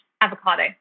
avocado